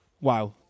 wow